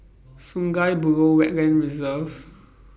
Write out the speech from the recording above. Sungei Buloh Wetland Reserve